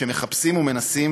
שמחפשים ומנסים,